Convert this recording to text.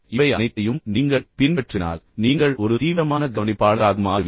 இவை அனைத்தையும் நீங்கள் பின்பற்றினால் நீங்கள் ஒரு தீவிரமான கவனிப்பாளராக மாறுவீர்கள்